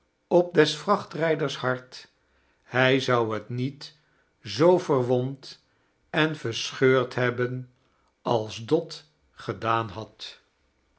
op des vraclittijders hart hij zou het niet zoo verwond en versrheurd hebben als dot gednan had